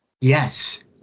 Yes